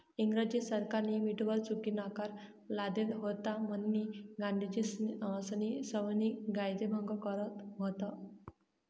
इंग्रज सरकारनी मीठवर चुकीनाकर लादेल व्हता म्हनीन गांधीजीस्नी सविनय कायदेभंग कर व्हत